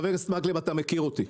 חבר הכנסת מקלב, אתה מכיר אותי.